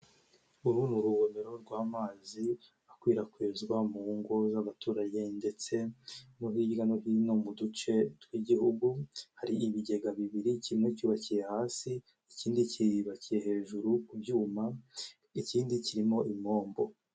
Uru mu rugomero rw'amazi akwirakwizwa mu ngo z'abaturage ndetse no hirya no hino mu duce tw'igihugu, hari ibigega bibiri kimwe cyubakiye hasi ikindi kiribakiye hejuru ku byuma, ikindi kirimo impombo.